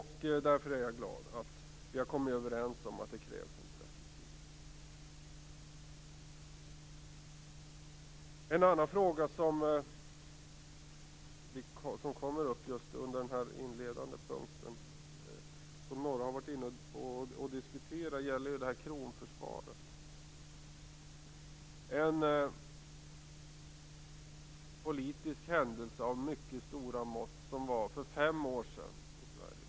Jag är därför glad över att vi har kommit överens om att det krävs en precisering. En annan fråga som kommer att tas upp under den här inledande punkten och som några har diskuterat gäller kronförsvaret. Det var en politisk händelse av stora mått för fem år sedan i Sverige.